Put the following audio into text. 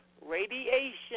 radiation